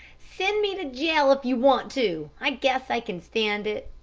send me to jail if you want to. i guess i can stand it!